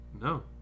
No